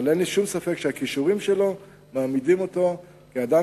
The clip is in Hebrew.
אבל אין לי שום ספק שהכישורים שלו מעמידים אותו כאדם